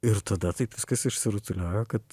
ir tada taip viskas išsirutuliojo kad